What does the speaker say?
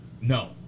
No